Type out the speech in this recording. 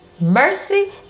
mercy